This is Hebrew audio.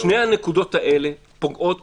שתי הנקודות האלה פוגעות בזכויות הכי בסיסיות.